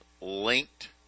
linked